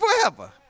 forever